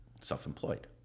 self-employed